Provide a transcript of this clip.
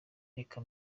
reka